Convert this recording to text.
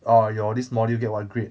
orh your this module get what grade